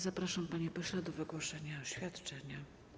Zapraszam, panie pośle, do wygłoszenia oświadczenia.